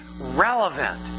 relevant